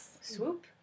swoop